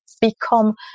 become